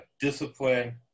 discipline